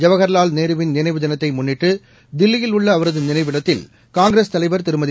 ஜவஹர்வால் நேருவின் நினைவு தினத்தை முன்னிட்டு தில்லியில் உள்ள அவரது நினைவிடத்தில் காங்கிரஸ் தலைவர் திருமதி